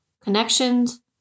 connections